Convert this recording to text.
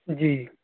جی